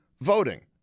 voting